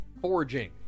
foraging